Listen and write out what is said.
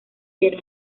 pero